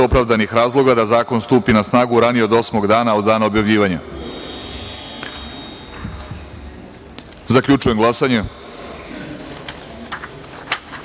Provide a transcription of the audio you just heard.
opravdanih razloga da zakon stupi na snagu ranije od osmog dana od dana objavljivanja. Zaključujem glasanje: